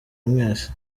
mwese